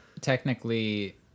technically